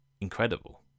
incredible